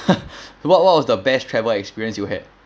what what was the best travel experience you had